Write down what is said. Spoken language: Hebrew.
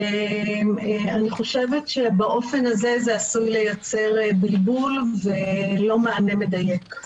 אני חושבת שבאופן הזה זה עשוי לייצר בלבול ולא מענה מדייק.